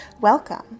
Welcome